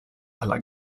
alla